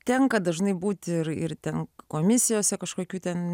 tenka dažnai būti ir ir ten komisijose kažkokių ten